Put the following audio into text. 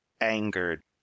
angered